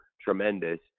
tremendous